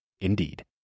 Indeed